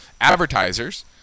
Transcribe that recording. advertisers